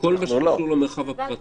כל מה שקשור למרחב הפרטי,